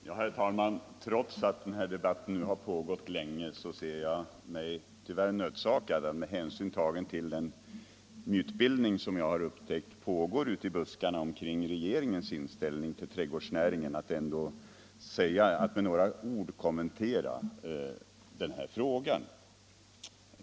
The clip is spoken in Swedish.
Herr talman! Trots att debatten nu har pågått länge ser jag mig nödsakad att, med hänsyn tagen till den mytbildning som jag har upptäckt pågår ute i buskarna kring regeringens inställning till trädgårdsnäringen, med några ord kommentera denna fråga.